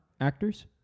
Actors